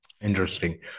Interesting